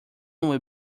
will